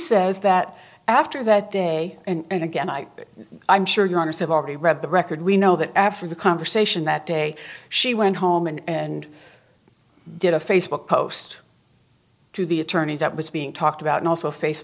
says that after that day and again i i'm sure your honour's have already read the record we know that after the conversation that day she went home and did a facebook post to the attorney that was being talked about and also a face